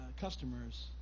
customers